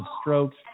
strokes